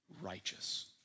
righteous